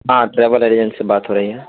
ہاں travel agent سے بات ہو رہی ہے